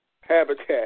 habitat